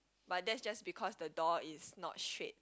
but that's just because the door is not straight